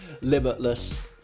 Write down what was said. Limitless